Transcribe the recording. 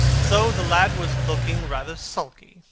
so the lad was looking rather sulky,